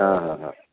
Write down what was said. हां हां हां